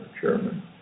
chairman